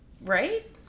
Right